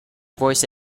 voice